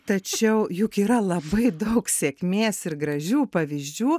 tačiau juk yra labai daug sėkmės ir gražių pavyzdžių